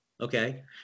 okay